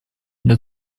для